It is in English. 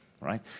Right